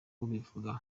ubivuga